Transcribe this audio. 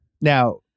Now